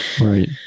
right